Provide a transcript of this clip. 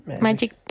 magic